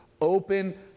open